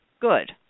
Good